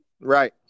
Right